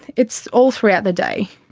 it's all throughout the day.